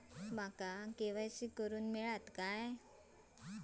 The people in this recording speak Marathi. माका के.वाय.सी करून दिश्यात काय?